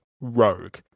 rogue